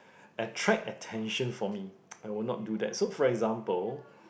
attract attention for me I would not do that so for example